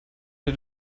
der